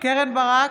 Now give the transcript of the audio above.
קרן ברק,